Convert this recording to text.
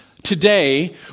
Today